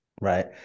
Right